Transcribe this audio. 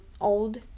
old